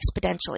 exponentially